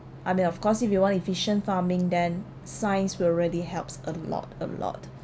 I mean of course if you want efficient farming then science will really helps a lot a lot